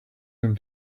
him